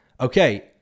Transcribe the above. okay